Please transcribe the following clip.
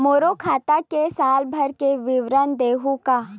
मोर खाता के साल भर के विवरण देहू का?